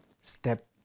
step